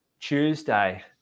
Tuesday